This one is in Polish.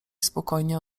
spokojnie